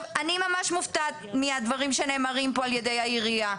אני ממש מופתעת מהדברים שנאמרים פה על ידי העירייה.